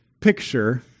picture